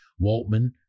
Waltman